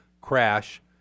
crash